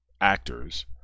actors